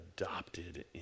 adopted